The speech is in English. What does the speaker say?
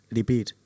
Repeat